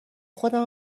خودم